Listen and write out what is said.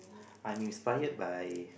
I'm inspired by